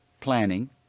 planning